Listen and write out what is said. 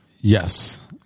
Yes